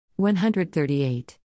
138